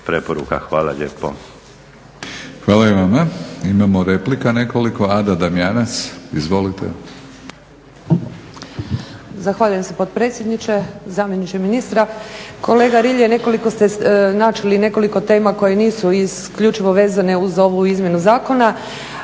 Hvala i vama.